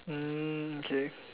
mm okay